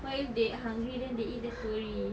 what if they hungry then they eat the tourists